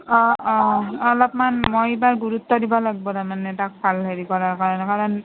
অঁ অঁ অলপমান মই এইবাৰ গুৰুত্ব দিবা লাগিব তাৰমানে তাক ভাল হেৰি কৰাৰ কাৰণে কাৰণ